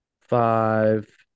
five